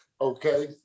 Okay